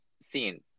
scene